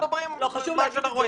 חשוב להגיד את זה,